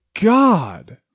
God